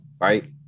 Right